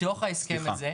בתוך ההסכם הזה,